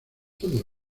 todo